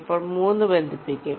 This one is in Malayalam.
അപ്പോൾ 3 ബന്ധിപ്പിക്കും